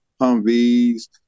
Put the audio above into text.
Humvees